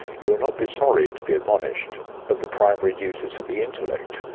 you will not be sorry to be admonished of the primary duties of the intellect,